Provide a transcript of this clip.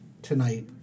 tonight